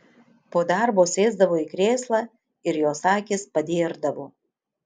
po darbo sėsdavo į krėslą ir jos akys padėrdavo